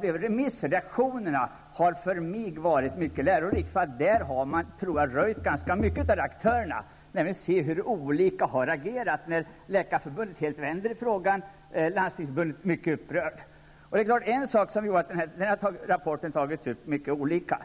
på remisserna har i alla fall för mig varit mycket lärorika. Där har man kunnat se hur de olika aktörerna har reagerat. Läkarförbundet vände helt i frågan. Landstingsförbundet var mycket upprört. Den här rapporten har tagits upp mycket olika.